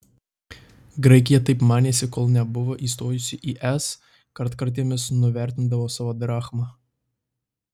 graikija taip manėsi kol nebuvo įstojusi į es kartkartėmis nuvertindavo savo drachmą